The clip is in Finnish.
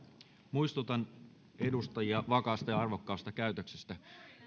muistutan edustajia vakaasta ja arvokkaasta käytöksestä